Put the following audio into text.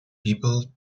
people